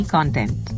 Content